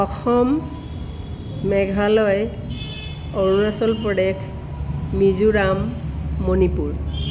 Axom Meghalaya Arunachal Pradesh Mizoram Manipur